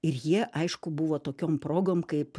ir jie aišku buvo tokiom progom kaip